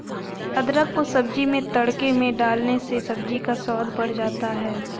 अदरक को सब्जी में तड़के में डालने से सब्जी का स्वाद बढ़ जाता है